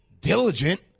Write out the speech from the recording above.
diligent